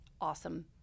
awesome